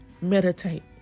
Meditate